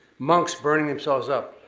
monks burning themselves up,